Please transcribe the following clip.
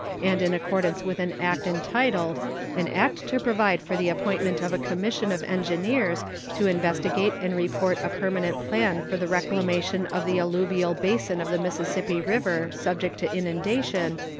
and in accordance with an act entitled an act to provide for the appointment of a commission of engineers to investigate and report a permanent plan for the reclamation of the alluvial basin of the mississippi river subject to inundation,